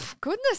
goodness